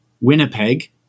Winnipeg